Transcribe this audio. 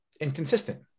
inconsistent